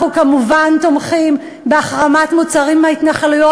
אנחנו כמובן תומכים בהחרמת מוצרים מההתנחלויות,